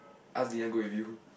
ask Vivian go with you